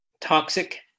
toxic